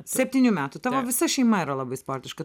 septynių metų tavo visa šeima yra labai sportiška